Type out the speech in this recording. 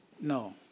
No